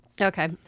Okay